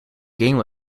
game